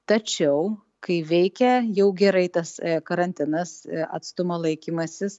tačiau kai veikia jau gerai tas karantinas atstumo laikymasis